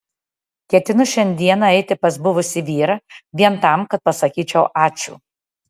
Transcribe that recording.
ketinu šiandieną eiti pas buvusį vyrą vien tam kad pasakyčiau ačiū